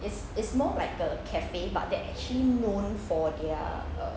it's it's more like the cafe but they're actually known for their